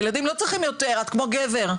הילדים לא צריכים יותר, את כמו גבר.